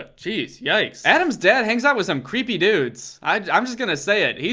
ah jeez, yikes. adam's dad hangs out with some creepy dudes. i'm just going to say it. yeah